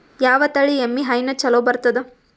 ಯಾವ ತಳಿ ಎಮ್ಮಿ ಹೈನ ಚಲೋ ಬರ್ತದ?